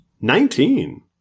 Nineteen